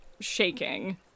shaking